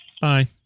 Bye